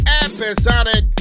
episodic